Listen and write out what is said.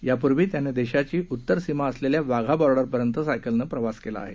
या पूर्वी त्याने देशाची उत्तर सीमा असलेल्या वाघा बॉर्डरपर्यंत सायकलनं प्रवास केला आहे